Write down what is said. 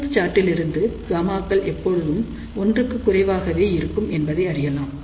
Smith சார்ட்டிலிருந்து Γ க்கள் எப்போதும் ஒன்றுக்கு குறைவாகவே இருக்கும் என்பதை அறியலாம்